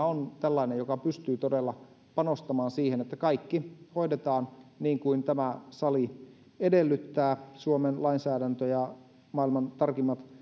on tällainen joka pystyy todella panostamaan siihen että kaikki hoidetaan niin kuin tämä sali edellyttää suomen lainsäädäntö ja maailman tarkimmat